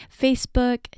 Facebook